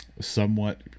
somewhat